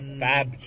fab